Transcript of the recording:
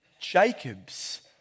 Jacob's